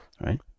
right